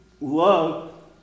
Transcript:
love